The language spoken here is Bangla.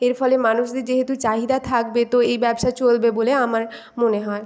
এর ফলে মানুষদের যেহেতু চাহিদা থাকবে তো এই ব্যবসা চলবে বলে আমার মনে হয়